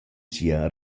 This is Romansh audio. sia